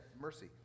mercy